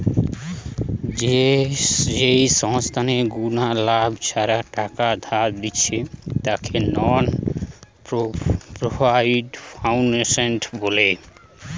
যেই সংস্থা কুনো লাভ ছাড়া টাকা ধার দিচ্ছে তাকে নন প্রফিট ফাউন্ডেশন বলে